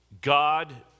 God